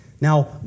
Now